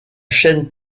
chaine